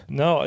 no